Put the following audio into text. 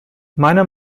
meiner